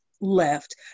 left